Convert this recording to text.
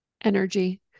Energy